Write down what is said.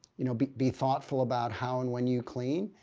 you know, be be thoughtful about how and when you clean.